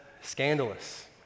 scandalous